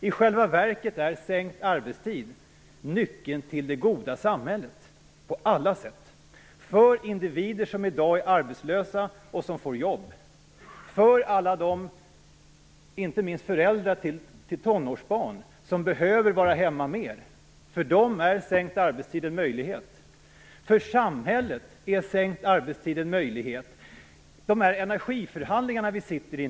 I själva verket är sänkt arbetstid nyckeln till det goda samhället på alla sätt, för individer som i dag är arbetslösa och som får jobb, för alla dem, inte minst föräldrar till tonårsbarn, som behöver vara hemma mer är sänkt arbetstid en möjlighet. För samhället är sänkt arbetstid en möjlighet. Hur resonerar man i de energiförhandlingar vi deltar i?